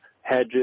hedges